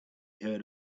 heard